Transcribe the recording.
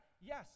Yes